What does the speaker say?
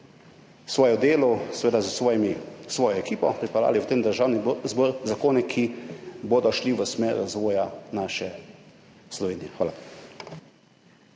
svojim delom, s svojo ekipo pripeljali v Državni zbor zakone, ki bodo šli v smeri razvoja naše Slovenije. Hvala.